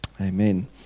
amen